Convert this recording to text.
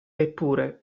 eppure